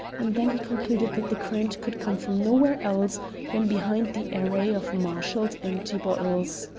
and then he concluded that the current could come from nowhere else than behind the array of marshalled empty bottles.